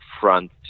front –